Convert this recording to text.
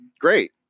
great